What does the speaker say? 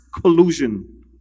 collusion